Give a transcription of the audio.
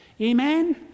Amen